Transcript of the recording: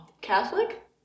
Catholic